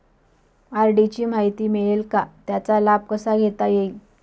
RD ची माहिती मिळेल का, त्याचा लाभ कसा घेता येईल?